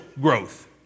growth